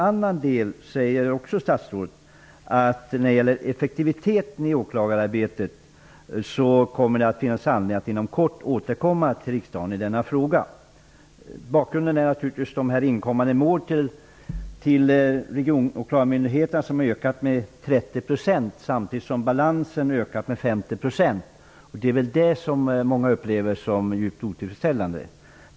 Vidare säger statsrådet att i fråga om effektiviteten i åklagararbetet finns det anledning för regeringen att inom kort återkomma till riksdagen. Bakgrunden är naturligtvis att antalet inkommande mål till regionåklagarmyndigheterna ökat med 30 % samtidigt som balansen ökat med 50 %. Det är väl det som många upplever som djupt otillfredsställande.